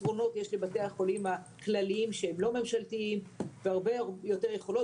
יתרונות לבתי החולים הכלליים שהם לא ממשלתיים והרבה מאוד יכולות,